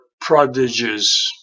prodigies